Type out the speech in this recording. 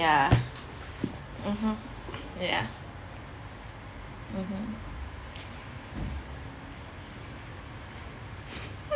yeah mmhmm yeah mmhmm